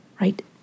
right